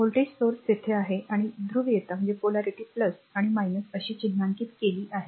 voltage स्त्रोत तेथे आहे आणि ध्रुवीयता आणि अशी चिन्हांकित केली आहे